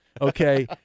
Okay